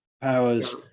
powers